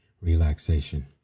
relaxation